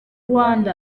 rwanda